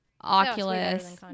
Oculus